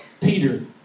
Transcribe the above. Peter